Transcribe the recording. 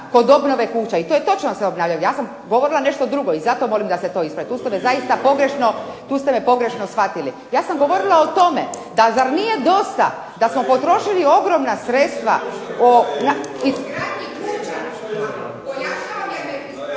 kod obnove kuća i to je točno da se obnavljaju, ja sam govorila nešto drugo i zato molim da se to ispravi. Tu ste me zaista pogrešno, tu ste me pogrešno shvatili. Ja sam govorila o tome da zar nije dosta da smo potrošili ogromna sredstva …/Govornica nije uključena,